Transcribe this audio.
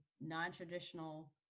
non-traditional